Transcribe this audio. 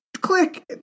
click